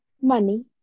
money